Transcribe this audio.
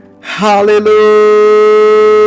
Hallelujah